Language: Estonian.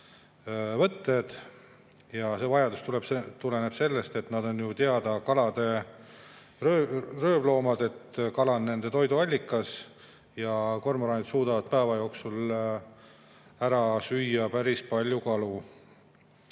võtted. See vajadus tuleneb sellest, et on teada, et nad on ju kalade röövloomad. Kala on nende toiduallikas ja kormoranid suudavad päeva jooksul ära süüa päris palju kala.